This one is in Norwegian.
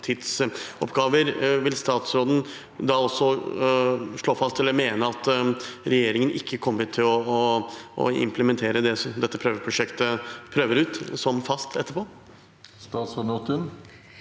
Vil statsråden da også slå fast eller mene at regjeringen ikke kommer til å implementere det som dette prosjektet prøver ut, som fast etterpå?